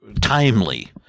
timely